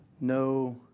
no